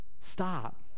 stop